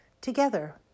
together